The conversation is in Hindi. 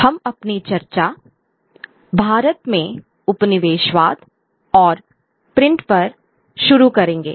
हम अपनी चर्चा भारत में उपनिवेशवाद और प्रिंट पर शुरू करेंगे